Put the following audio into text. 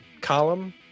column